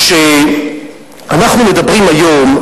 כשאנחנו מדברים היום,